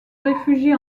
réfugie